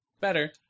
Better